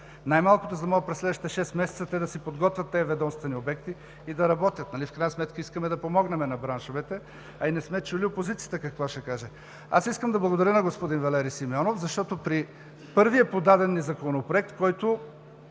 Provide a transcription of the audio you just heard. най-малкото за да могат през следващите шест месеца да си подготвят тези ведомствени обекти и да работят. Нали в крайна сметка искаме да помогнем на браншовете, а и не сме чули опозицията какво ще каже. Искам да благодаря на господин Валери Симеонов, защото при първия подаден ни Законопроект, който